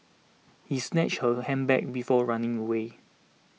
he snatched her handbag before running away